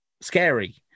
scary